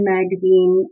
Magazine